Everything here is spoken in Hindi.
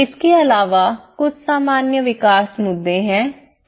इसके अलावा कुछ सामान्य विकास मुद्दे हैं